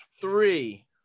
Three